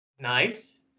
nice